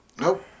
Nope